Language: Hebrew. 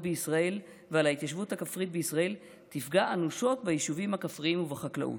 בישראל ועל ההתיישבות הכפרית בישראל תפגע אנושות בישובים הכפריים ובחקלאות,